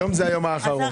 היום זה היום האחרון.